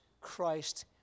Christ